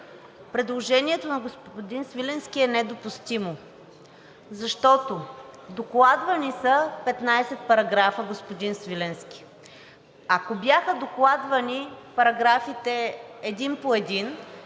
предложението на господин Свиленски е недопустимо, защото докладвани са 15 параграфа, господин Свиленски. Ако бяха докладвани параграфите един по един,